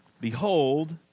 Behold